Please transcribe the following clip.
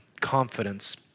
confidence